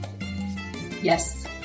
Yes